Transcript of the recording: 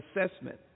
assessment